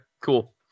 cool